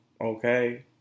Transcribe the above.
okay